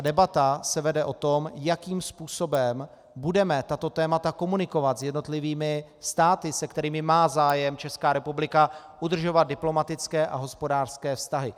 Debata se vede o tom, jakým způsobem budeme tato témata komunikovat s jednotlivými státy, se kterými má zájem Česká republika udržovat diplomatické a hospodářské vztahy.